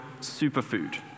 superfood